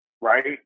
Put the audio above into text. right